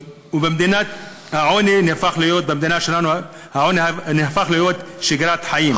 והעוני במדינה שלנו הפך להיות שגרת חיים.